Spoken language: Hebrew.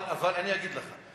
אבל אני אגיד לך,